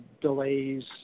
delays